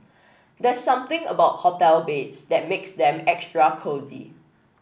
there's something about hotel beds that makes them extra cosy